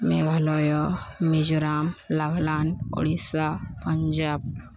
Meghalaya Mizoram Nagaland Odisha Punjab